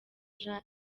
jean